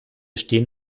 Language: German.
stehen